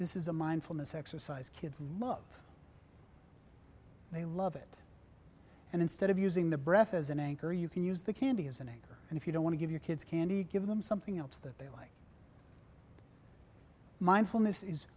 this is a mindfulness exercise kids love they love it and instead of using the breath as an anchor you can use the candy as an egg and if you don't want to give your kids candy give them something else that they like mindfulness is